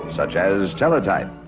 such as teletype,